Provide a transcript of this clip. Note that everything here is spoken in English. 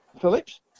Phillips